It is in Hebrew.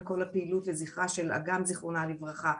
את כל הפעילות לזכרה של אגם זיכרונה לברכה,